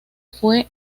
fue